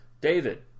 David